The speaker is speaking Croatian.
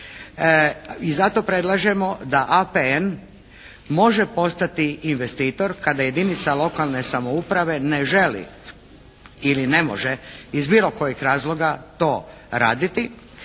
i zato predlažemo da APN može postati investitor kada jedinica lokalne samouprave ne želi ili ne može iz bilo kojeg razloga to raditi